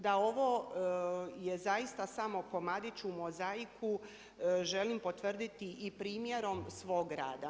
Da ovo je zaista samo komadić u mozaiku, želim potvrditi i primjerom svog rada.